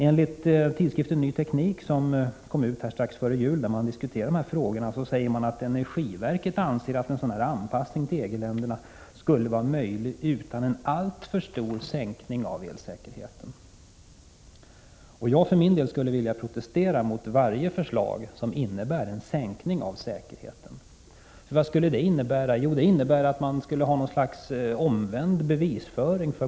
Enligt tidskriften Ny Teknik, där de här frågorna diskuterades strax före jul, anser energiverket att en sådan här anpassning till EG-länderna skulle vara möjlig ”utan en alltför stor sänkning av elsäkerheten”. För min del protesterar jag mot varje förslag som innebär en sänkning av säkerheten. Det skulle ju innebära en omvänd bevisföring.